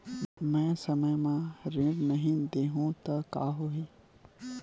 मैं समय म ऋण नहीं देहु त का होही